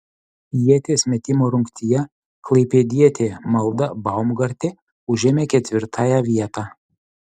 ieties metimo rungtyje klaipėdietė malda baumgartė užėmė ketvirtąją vietą